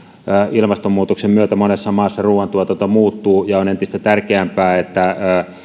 ilmastonmuutoksen myötä monessa maassa ruuantuotanto muuttuu ja on entistä tärkeämpää että